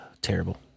Terrible